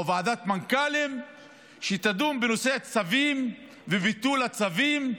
ועדת מנכ"לים שתדון בנושא צווים וביטול הצווים,